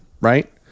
right